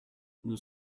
nous